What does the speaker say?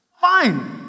Fine